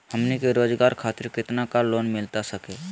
हमनी के रोगजागर खातिर कितना का लोन मिलता सके?